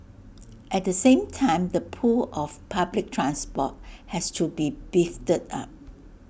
at the same time the pull of public transport has to be beefed up